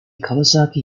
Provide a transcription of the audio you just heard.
kawasaki